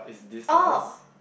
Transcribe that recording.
oh